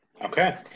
Okay